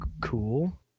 Cool